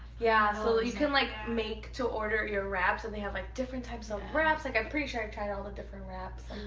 yeah so you can like make to order your wraps. and they have like different types of wraps. like i'm pretty sure i've tried all the different wraps.